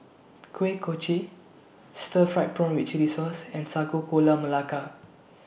Kuih Kochi Stir Fried Prawn with Chili Sauce and Sago Gula Melaka